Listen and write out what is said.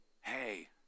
hey